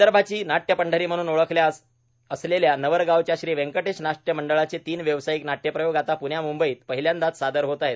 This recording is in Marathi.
विदर्भाची नाट्य पंढरी म्हणून ओळख असलेल्या नवरगावच्या श्री व्यंकटेश नाट्य मंडळाचे तीन व्यावसायिक नाट्य प्रयोग आता प्ण्या म्ंबईत पहिल्यांदाच सादर होत आहेत